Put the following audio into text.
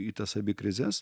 į tas abi krizes